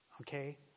Okay